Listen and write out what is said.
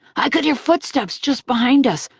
i could hear footsteps just behind us,